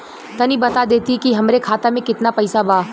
तनि बता देती की हमरे खाता में कितना पैसा बा?